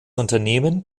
unternehmen